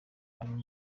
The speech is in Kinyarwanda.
arimo